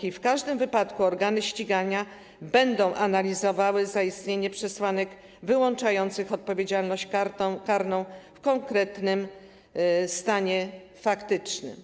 I w każdym wypadku organy ścigania będą analizowały zaistnienie przesłanek wyłączających odpowiedzialność karną w konkretnym stanie faktycznym.